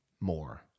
more